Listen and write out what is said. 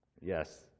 Yes